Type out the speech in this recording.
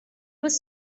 was